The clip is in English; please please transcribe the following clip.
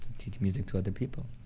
teach music to other people?